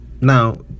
Now